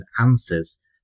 answers